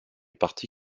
parti